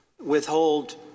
withhold